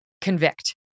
convict